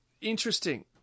interesting